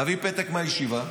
תביא פתק מהישיבה,